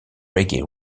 reggie